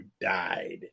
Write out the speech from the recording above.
died